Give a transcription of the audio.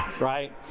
right